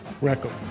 Record